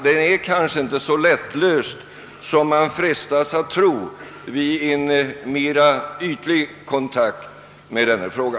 Den är kanske inte så lättlöst som man frestas att tro vid en mera ytlig kontakt med densamma.